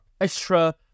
extra